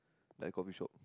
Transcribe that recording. that coffeeshop